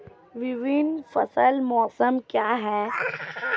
विभिन्न फसल मौसम क्या हैं?